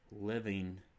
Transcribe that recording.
living